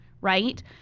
right